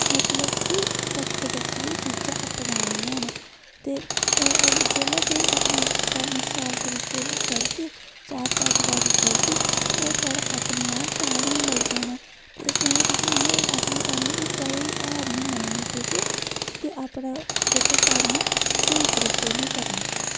मतलब कि बक्खरी बक्खरी चीजां अपनानियां न ते जेल्लै तुस अपना कम्म शैल तरीके कन्नै करगे चार पंज बारी करगे ते ओह् थोआढ़ा अपने आप शैल होन लगी पौंना ते इसलेई अ'ऊं तुसें इ'यै आखना चाह्नी कि कदें बी हार निं मननी तुसें ते अपना जेह्का कम्म ऐ उस्सी स्हेई तरीके कन्नै करना